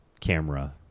camera